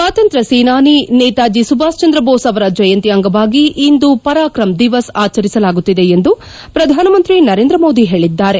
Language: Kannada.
ಸ್ವಾತಂತ್ರ್ಯ ಸೇನಾನಿ ನೇತಾಜಿ ಸುಭಾಷ್ ಚಂದ್ರ ಬೋಸ್ ಅವರ ಜಯಂತಿ ಅಂಗವಾಗಿ ಇಂದು ಪರಾಕ್ರಮ್ ದಿವಸ್ ಆಚರಿಸಲಾಗುತ್ತಿದೆ ಎಂದು ಪ್ರಧಾನ ಮಂತ್ರಿ ನರೇಂದ್ರ ಮೋದಿ ಹೇಳಿದ್ದಾರೆ